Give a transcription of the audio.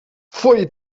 pfui